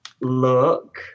Look